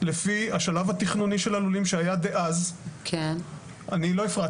לפי השלב התכנוני שהיה דאז, יצאה